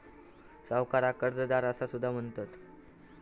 सावकाराक कर्जदार असा सुद्धा म्हणतत